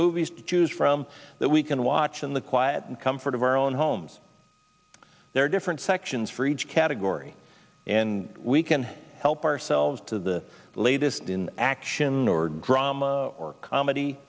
movies to choose from that we can watch in the quiet and comfort of our own homes there are different sections for each category and we can help ourselves to the latest in action or drama or